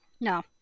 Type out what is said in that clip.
No